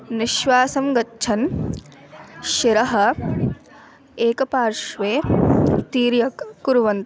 निश्वासं गच्छन् शिरः एकपार्श्वे तिर्यक् कुर्वन्तु